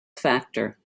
factor